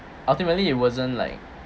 ultimately it wasn't like